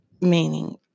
meaning